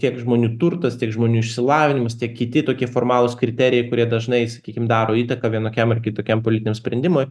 tiek žmonių turtas tiek žmonių išsilavinimas tiek kiti tokie formalūs kriterijai kurie dažnai sakykim daro įtaką vienokiam ar kitokiam politiniam sprendimui